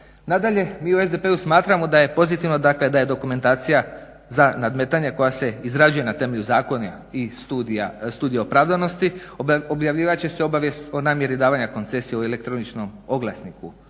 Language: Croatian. Nadalje, mi u SDP-u smatramo da je pozitivno dakle da je dokumentacija za nadmetanje koja se izrađuje na temelju zakona i studija opravdanosti objavljivat će se obavijest o namjeri davanja koncesije u elektroničkom oglasniku